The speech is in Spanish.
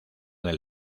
del